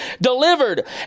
delivered